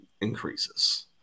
increases